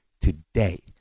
today